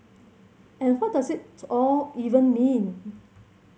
and what does it all even mean